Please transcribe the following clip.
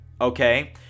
okay